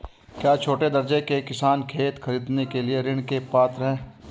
क्या छोटे दर्जे के किसान खेत खरीदने के लिए ऋृण के पात्र हैं?